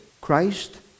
Christ